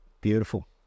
Beautiful